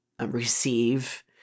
receive